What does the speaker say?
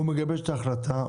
הוא מגבש את ההחלטה,